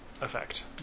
effect